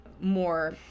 more